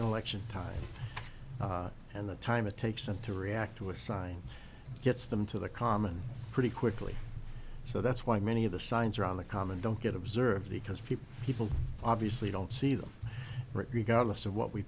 election time and the time it takes them to react to a sign gets them to the common pretty quickly so that's why many of the signs around the common don't get observed because people people obviously don't see them regardless of what we